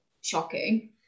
shocking